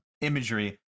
imagery